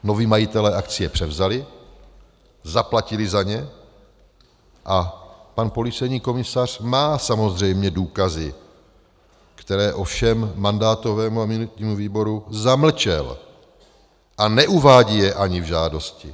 Noví majitelé akcie převzali, zaplatili za ně a pan policejní komisař má samozřejmě důkazy, které ovšem mandátovému a imunitnímu výboru zamlčel, a neuvádí je ani v žádosti.